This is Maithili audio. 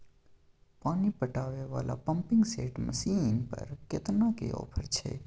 पानी पटावय वाला पंपिंग सेट मसीन पर केतना के ऑफर छैय?